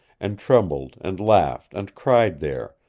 and trembled and laughed and cried there,